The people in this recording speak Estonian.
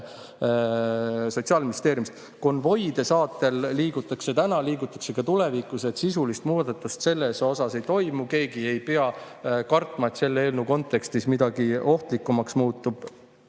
Sotsiaalministeeriumist. Konvoide saatel liigutakse täna ja liigutakse ka tulevikus, nii et sisulist muudatust selles ei toimu, keegi ei pea kartma, et selle eelnõu kontekstis midagi ohtlikumaks muutub.